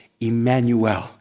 Emmanuel